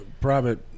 Private